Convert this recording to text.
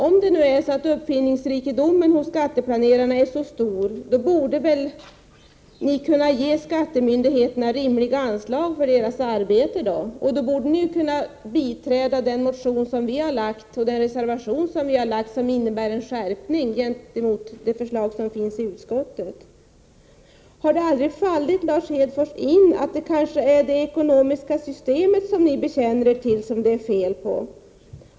Om uppfinningsrikedomen hos skatteplanerarna nu är så stor, borde väl ni kunna ge skattemyndigheterna rimliga anslag för deras arbete. Ni borde också kunna biträda den reservation som jag lagt och som innebär en skärpning gentemot utskottets förslag. Har det aldrig fallit Lars Hedfors in att det kanske är det ekonomiska system ni bekänner er till som det är fel på?